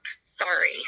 sorry